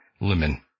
Lemon